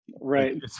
Right